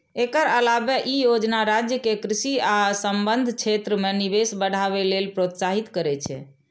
एकर अलावे ई योजना राज्य कें कृषि आ संबद्ध क्षेत्र मे निवेश बढ़ावे लेल प्रोत्साहित करै छै